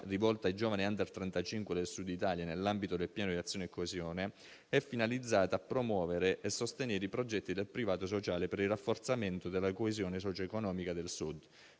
rivolta ai giovani *under* trentacinque del Sud Italia nell'ambito del piano di azione e coesione, è finalizzata a promuovere e a sostenere i progetti del privato sociale per il rafforzamento della coesione socioeconomica del Sud,